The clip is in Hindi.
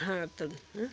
हाँ तो